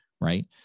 Right